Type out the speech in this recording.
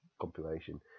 compilation